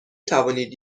توانید